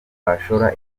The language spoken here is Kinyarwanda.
bashora